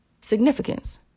significance